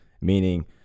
meaning